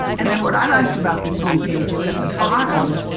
and then, what i like about this home page is at the bottom,